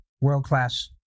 world-class